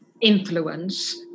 influence